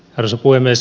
arvoisa puhemies